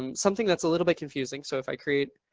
um something that's a little bit confusing, so if i create